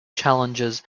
challenges